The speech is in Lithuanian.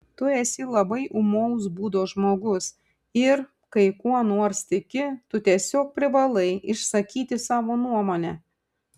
tu esi labai ūmaus būdo žmogus ir kai kuo nors tiki tu tiesiog privalai išsakyti savo nuomonę